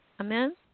Amen